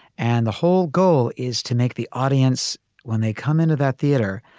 and the whole goal is to make the audience when they come into that theater,